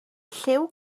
lliw